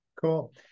Cool